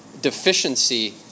deficiency